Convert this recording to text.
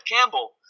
Campbell